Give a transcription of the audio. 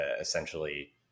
essentially